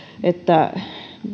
että